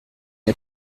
n’y